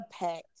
impact